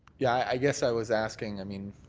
yeah, i guess i was asking, i mean,